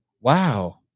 Wow